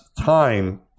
time